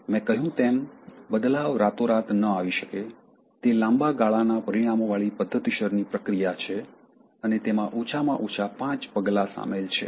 મેં કહ્યું તેમ બદલાવ રાતોરાત ન આવી શકે તે લાંબા ગાળાના પરિણામોવાળી પદ્ધતિસરની પ્રક્રિયા છે અને તેમાં ઓછામાં ઓછા પાંચ પગલાં સામેલ છે